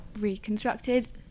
reconstructed